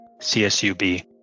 CSUB